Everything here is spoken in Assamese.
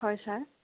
হয় ছাৰ